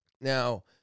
Now